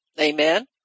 Amen